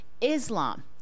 Islam